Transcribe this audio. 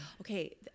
okay